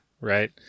right